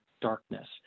darkness